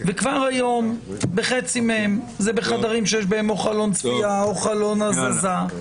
וכבר היום בחצי מהם זה בחדרים שיש בהם או חלון צפייה או חלון הזזה,